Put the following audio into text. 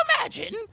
imagine